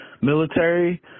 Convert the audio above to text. military